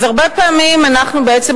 אז הרבה פעמים אנחנו בעצם,